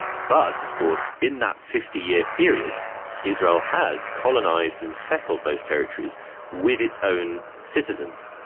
but of course in that fifty year period israel has colonised and settled those territories with its own citizens.